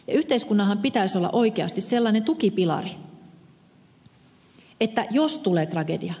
yhteiskunnanhan pitäisi olla oikeasti sellainen tukipilari jos tulee tragedia